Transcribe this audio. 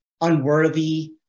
unworthy